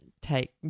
take